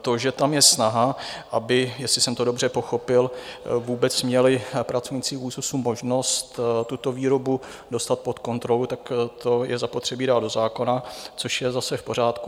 To, že tam je snaha, aby, jestli jsem to dobře pochopil, vůbec měli pracovníci ÚKZÚZ možnost tuto výrobu dostat pod kontrolu, tak to je zapotřebí dát do zákona, což je zase v pořádku.